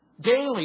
daily